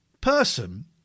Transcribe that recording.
person